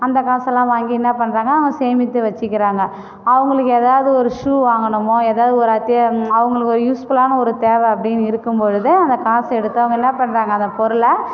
அந்த காசெல்லாம் வாங்கி என்ன பண்றாங்க சேமித்து வச்சுக்கிறாங்க அவங்களுக்கு எதாவது ஒரு ஷு வாங்கணுமோ எதாவது ஒரு அத்தியா அவங்களுக்கு ஒரு யூஸ்ஃபுல்லான ஒரு தேவை அப்படினு இருக்கும் பொழுது அந்த காசை எடுத்து அவங்க என்ன பண்றாங்க அந்த பொருளை